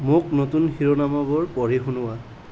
মোক নতুন শিৰোনামাবোৰ পঢ়ি শুনোৱা